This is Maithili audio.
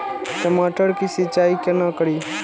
टमाटर की सीचाई केना करी?